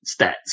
stats